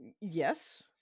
Yes